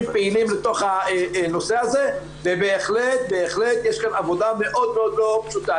פעילים בתוך הנושא הזה ובהחלט יש כאן עבודה מאוד לא פשוטה.